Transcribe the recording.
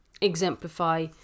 exemplify